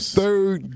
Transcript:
Third